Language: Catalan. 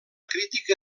crítica